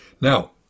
Now